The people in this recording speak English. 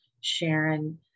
Sharon